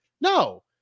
No